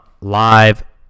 live